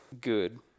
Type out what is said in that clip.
good